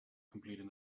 completing